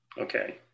Okay